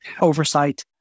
oversight